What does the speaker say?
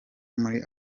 muri